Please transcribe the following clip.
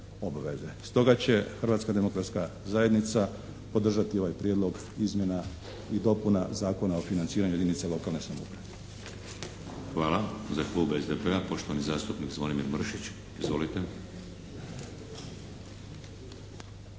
Stoga će Hrvatska demokratska zajednica podržati ovaj prijedlog izmjena i dopuna Zakona o financiranju jedinica lokalne samouprave. **Šeks, Vladimir (HDZ)** Hvala. Za Klub SDP-a poštovani zastupnik Zvonimir Mršić. Izvolite.